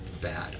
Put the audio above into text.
bad